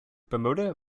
bermuda